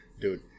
dude